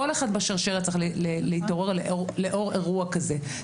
אחד בשרשרת צריך להתעורר בעקבות אירוע כזה,